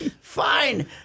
Fine